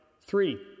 Three